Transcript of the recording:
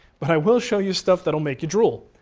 but i will show you stuff that'll make you drool,